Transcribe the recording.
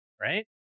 right